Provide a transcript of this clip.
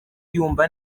yumva